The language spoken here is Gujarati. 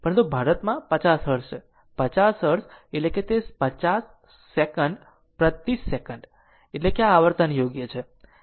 પરંતુ ભારત 50 હર્ટ્ઝ છે 50 હર્ટ્ઝ એટલે કે તે 50 સેકન્ડ પ્રતિ સેકંડ છે આ આવર્તન યોગ્ય છે